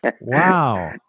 Wow